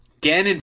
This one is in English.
ganon